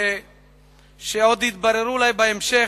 שעוד יתבררו אולי בהמשך,